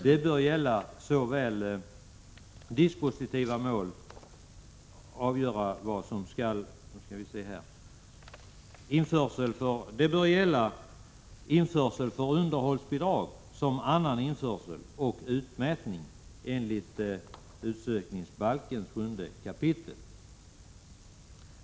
Det bör gälla såväl införsel för underhållsbidrag som annan införsel och utmätning enligt 7 kap. utsökningsbalken.